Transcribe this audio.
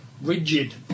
rigid